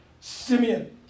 Simeon